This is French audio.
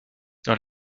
dans